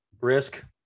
risk